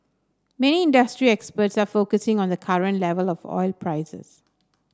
many industry experts are focusing on the current level of oil prices